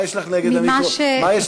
לידה, למה היא, אין לי מושג.